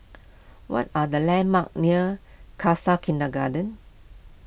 what are the landmarks near Khalsa Kindergarten